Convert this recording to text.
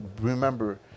remember